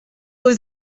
was